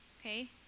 okay